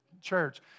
church